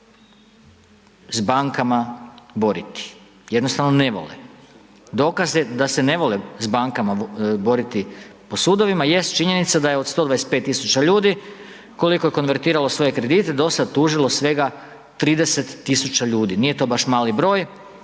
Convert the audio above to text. s bankama boriti, jednostavno ne vole. Dokaz je da se ne vole s bankama boriti po sudovima jest činjenica da je od 125 tisuća ljudi koliko je konvertiralo svoje kredite do sad tužilo svega 30 tisuća ljudi, nije to baš mali broj,